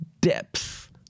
depth